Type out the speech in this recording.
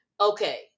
okay